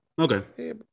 Okay